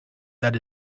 that